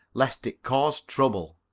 lest it cause trouble.